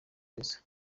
beza